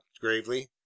gravely